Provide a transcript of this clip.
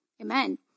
amen